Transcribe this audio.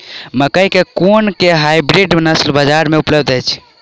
मकई केँ कुन केँ हाइब्रिड नस्ल बजार मे उपलब्ध अछि?